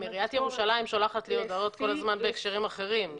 עיריית ירושלים שולחת לי כל הזמן הודעות כל הזמן בהקשרים אחרים.